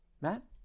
Matt